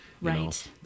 Right